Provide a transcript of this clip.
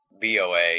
BOA